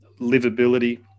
livability